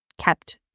kept